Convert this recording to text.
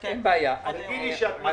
פה.